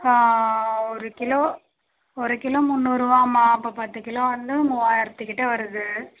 ஒரு கிலோ ஒரு கிலோ முந்நூருவாம்மா அப்போ பத்து கிலோ வந்து மூவாயிரத்து கிட்ட வருது